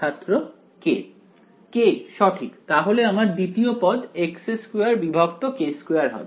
ছাত্র k k সঠিক তাহলে আমার দ্বিতীয় পদ x2k2 হবে